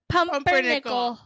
Pumpernickel